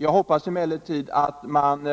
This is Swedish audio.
Jag hoppas emellertid att man